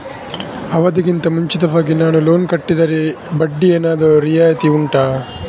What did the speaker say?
ಅವಧಿ ಗಿಂತ ಮುಂಚಿತವಾಗಿ ನಾನು ಲೋನ್ ಕಟ್ಟಿದರೆ ಬಡ್ಡಿ ಏನಾದರೂ ರಿಯಾಯಿತಿ ಉಂಟಾ